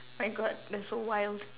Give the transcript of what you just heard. my god that's so wild